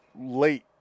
late